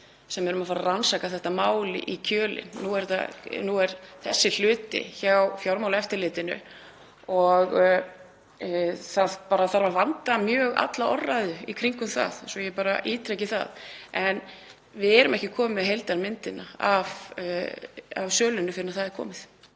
sem erum að fara að rannsaka þetta mál í kjölinn. Nú er þessi hluti hjá Fjármálaeftirlitinu og það þarf að vanda mjög alla orðræðu í kringum það, svo ég ítreki það bara. En við erum ekki komin með heildarmyndina af sölunni fyrr en það er komið.